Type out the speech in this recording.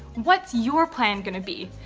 what's your plan gonna be?